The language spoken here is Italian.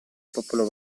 popolo